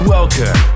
Welcome